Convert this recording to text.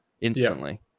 instantly